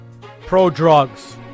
Pro-drugs